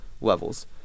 levels